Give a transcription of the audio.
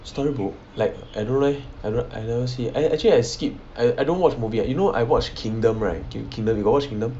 storybook like I don't know leh I never see actually I skip I I don't watch movie you know I watched kingdom right kingdom you got watch kingdom